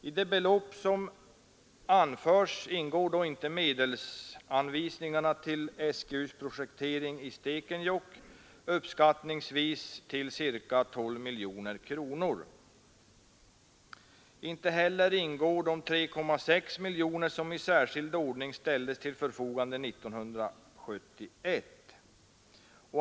I de belopp som här anförs ingår inte medelsanvisningarna till SGU:s projektering i Stekenjokk, uppskattningsvis ca 12 miljoner kronor. Inte heller ingår de 3,6 miljoner som i särskild ordning ställdes till förfogande 1971.